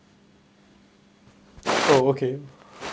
oh okay